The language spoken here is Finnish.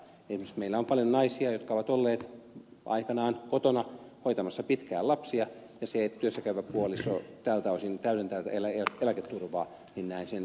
esimerkiksi meillä on paljon naisia jotka ovat olleet aikanaan kotona hoitamassa pitkään lapsia ja kun se työssäkäyvä puoliso tältä osin täydentää tätä eläketurvaa niin näen sen sosiaalisesti erittäin myönteisenä elementtinä